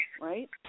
right